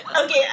okay